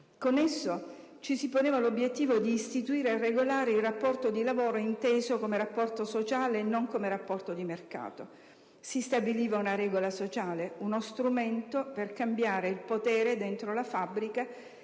Con esso, ci si poneva l'obiettivo di istituire e regolare il rapporto di lavoro inteso come rapporto sociale e non come rapporto di mercato. Si stabiliva una regola sociale: «uno strumento per cambiare il potere dentro la fabbrica